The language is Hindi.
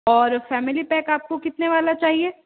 और फैमिली पैक आपको कितने वाला चाहिए